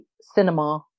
cinema